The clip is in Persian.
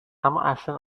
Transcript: امااصلا